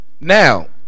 Now